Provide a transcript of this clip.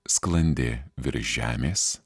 sklandė virš žemės